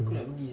ya